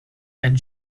and